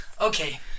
Okay